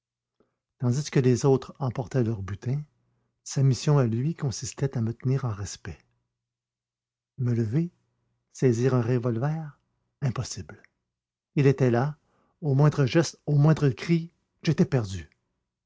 tandis que les autres emportaient leur butin sa mission à lui consistait à me tenir en respect me lever saisir un revolver impossible il était là au moindre geste au moindre cri j'étais perdu